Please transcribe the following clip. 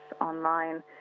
online